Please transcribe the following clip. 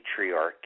patriarchy